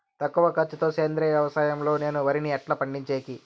తక్కువ ఖర్చు తో సేంద్రియ వ్యవసాయం లో నేను వరిని ఎట్లా పండించేకి?